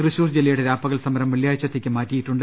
തൃശൂർ ജില്ലയുടെ രാപ്പകൽ സമരം വെള്ളിയാഴ്ചത്തേക്ക് മാറ്റിയിട്ടുണ്ട്